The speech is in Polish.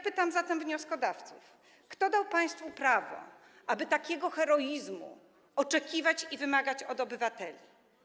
Pytam zatem wnioskodawców: Kto dał państwu prawo, aby takiego heroizmu oczekiwać i wymagać od obywateli?